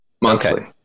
Monthly